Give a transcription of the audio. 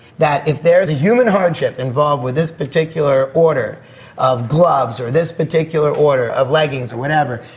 that if there's human hardship involved with this particular order of gloves, or this particular order of leggings, whatever,